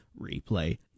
Replay